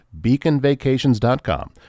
beaconvacations.com